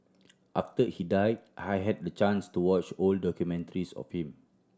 after he died I had the chance to watch old documentaries of him